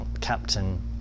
captain